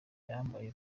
yambaye